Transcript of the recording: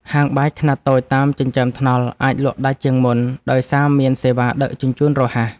ហាងបាយខ្នាតតូចតាមចិញ្ចើមថ្នល់ អាចលក់ដាច់ជាងមុន ដោយសារមានសេវាដឹកជញ្ជូនរហ័ស។